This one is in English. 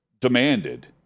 demanded